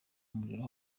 muriro